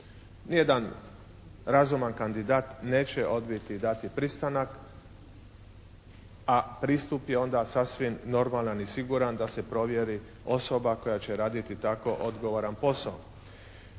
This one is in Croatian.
Ni jedan razuman kandidat neće odbiti i dati pristanak, a pristup je onda sasvim normalan i siguran da se provjeri osoba koja će raditi tako odgovoran posao.